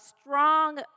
strong